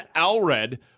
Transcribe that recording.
Alred